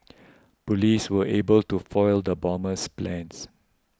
police were able to foil the bomber's plans